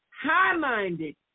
high-minded